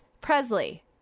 Presley